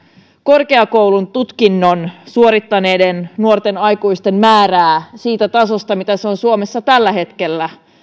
korkeakoulututkinnon suorittaneiden nuorten aikuisten määrää siitä tasosta mitä se on suomessa tällä hetkellä